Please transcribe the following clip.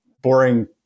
boring